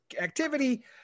activity